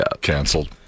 canceled